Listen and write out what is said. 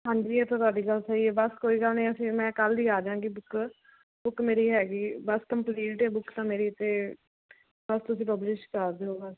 ਹਾਂਜੀ ਇਹ ਤਾਂ ਤੁਹਾਡੀ ਗੱਲ ਸਹੀ ਐ ਬਸ ਕੋਈ ਗੱਲ ਨੀ ਅਸੀਂ ਮੈਂ ਕੱਲ ਈ ਆਜਾਂਗੀ ਬੁੱਕ ਬੁੱਕ ਮੇਰੀ ਹੈਗੀ ਬਸ ਕੰਪਲੀਟ ਐ ਬੁੱਕ ਤਾਂ ਮੇਰੀ ਤੇ ਬਸ ਤੁਸੀਂ ਪਬਲਿਸ਼ ਕਰ ਦਿਓ ਬਸ